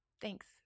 thanks